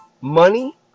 money